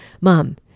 mom